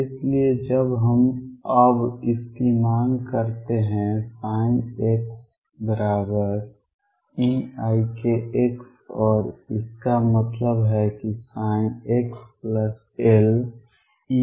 इसलिए जब हम अब इसकी मांग करते हैं xeikx और इसका मतलब है कि xLeikxeikL